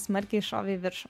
smarkiai šovė į viršų